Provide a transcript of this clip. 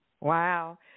Wow